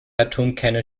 atomkerne